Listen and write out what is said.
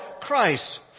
Christ